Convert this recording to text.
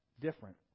different